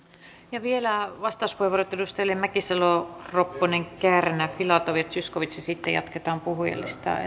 vielä vastauspuheenvuorot edustajille mäkisalo ropponen kärnä filatov ja zyskowicz ja sitten jatketaan puhujalistaa